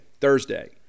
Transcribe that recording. Thursday